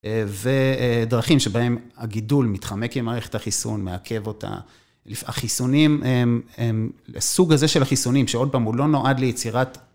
ודרכים שבהם הגידול מתחמק עם מערכת החיסון, מעכב אותה. החיסונים הם סוג הזה של החיסונים שעוד פעם הוא לא נועד ליצירת.